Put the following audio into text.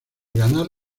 ganar